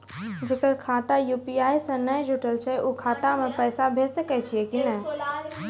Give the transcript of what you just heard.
जेकर खाता यु.पी.आई से नैय जुटल छै उ खाता मे पैसा भेज सकै छियै कि नै?